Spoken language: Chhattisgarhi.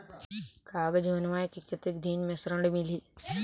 कागज बनवाय के कतेक दिन मे ऋण मिलही?